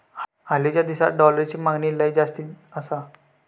हालीच्या दिसात डॉलरची मागणी लय जास्ती आसा